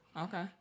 Okay